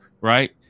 Right